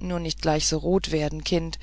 nur nicht gleich so rot werden kind